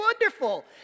wonderful